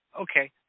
okay